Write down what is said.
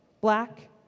black